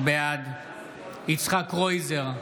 בעד יצחק קרויזר,